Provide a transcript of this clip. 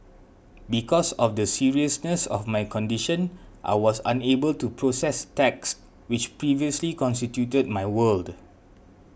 because of the seriousness of my condition I was unable to process text which previously constituted my world